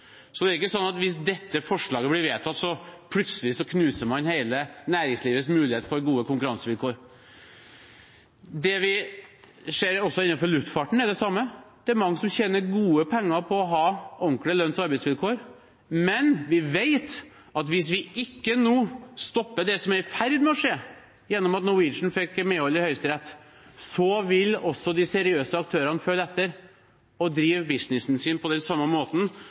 Så det er ikke slik at hvis dette forslaget blir vedtatt, knuser man plutselig hele næringslivets mulighet for gode konkurransevilkår. Det vi ser innenfor luftfarten, er det samme. Det er mange som tjener gode penger på å ha ordentlige lønns- og arbeidsvilkår, men vi vet at hvis vi nå ikke stopper det som er i ferd med å skje gjennom at Norwegian fikk medhold i Høyesterett, vil også de seriøse aktørene følge etter og drive business på den samme måten.